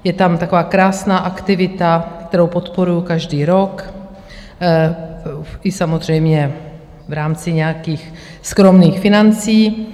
Je tam taková krásná aktivita, kterou podporuji každý rok, i samozřejmě v rámci nějakých skromných financí.